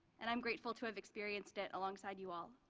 and i'm grateful to have experienced it alongside you all.